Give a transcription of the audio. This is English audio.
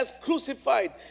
crucified